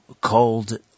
called